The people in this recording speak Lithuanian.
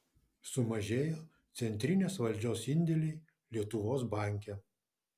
sumažėjo centrinės valdžios indėliai lietuvos banke